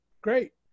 Great